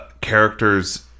characters